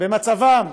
במצבם,